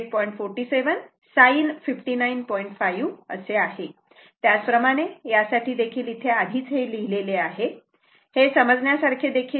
5 o असे आहे त्याचप्रमाणे यासाठी देखील इथे आधीच हे लिहिलेले आहे हे समजण्यासारखे देखील आहे